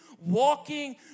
Walking